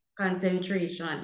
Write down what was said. concentration